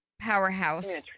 powerhouse